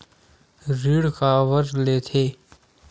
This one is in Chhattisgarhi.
ऋण काबर लेथे?